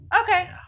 Okay